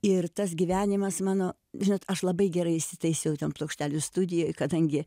ir tas gyvenimas mano žinot aš labai gerai įsitaisiau ten plokštelių studijoj kadangi